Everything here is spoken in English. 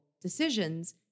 decisions